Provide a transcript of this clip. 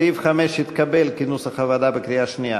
סעיף 5 התקבל, כנוסח הוועדה, בקריאה שנייה.